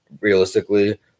realistically